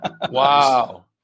Wow